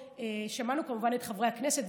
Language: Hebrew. שמענו כמובן את חברי הכנסת,